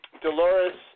Dolores